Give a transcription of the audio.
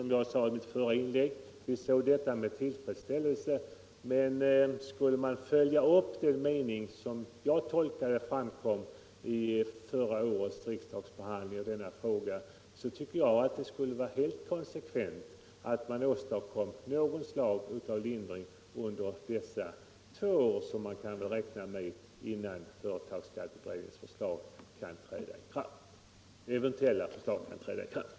Som jag sade i mitt förra inlägg såg vi detta med tillfredsställelse, men vill man följa upp den uppfattning som jag anser framkom vid förra årets riksdagsbehandling av denna fråga, anser jag det vara helt konsekvent att åstadkomma något slag av lindring under de två år som det sannolikt dröjer innan företagsskatteutredningens eventuella förslag kan träda i kraft.